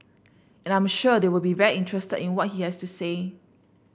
and I'm sure they'll be very interested in what he has to say